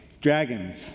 dragons